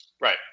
Right